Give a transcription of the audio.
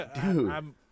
Dude